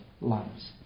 lives